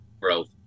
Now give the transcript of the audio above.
growth